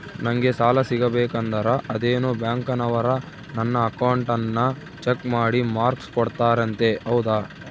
ನಂಗೆ ಸಾಲ ಸಿಗಬೇಕಂದರ ಅದೇನೋ ಬ್ಯಾಂಕನವರು ನನ್ನ ಅಕೌಂಟನ್ನ ಚೆಕ್ ಮಾಡಿ ಮಾರ್ಕ್ಸ್ ಕೋಡ್ತಾರಂತೆ ಹೌದಾ?